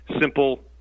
simple